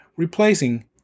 replacing